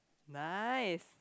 nice